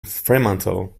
fremantle